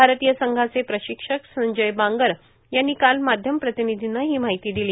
भारतीय संघाचे प्रशिक्षक संजय बांगर यांनी काल माध्यम प्रतिनिधींना ही माहिती दिली